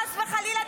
חס וחלילה,